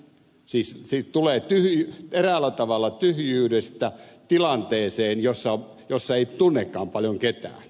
siis he tulevat eräällä tavalla tyhjyydestä tilanteeseen jossa ei tunnekaan paljon ketään